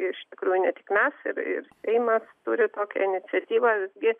iš tikrųjų ne tik mes ir ir seimas turi tokią iniciatyvą visgi